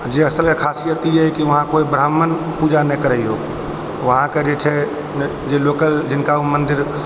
जे स्थल के खासियत ई यऽ कि उहाॅं कोइ ब्राह्मण पूजा नहि करै यऽ वहाॅं के जे छै जे लोकल जिनका ओ मन्दिर